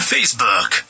Facebook